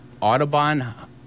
Audubon